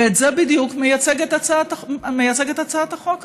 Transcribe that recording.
ואת זה בדיוק מייצגת הצעת החוק הזאת: